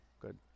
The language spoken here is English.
Good